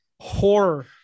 horror